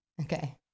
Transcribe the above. Okay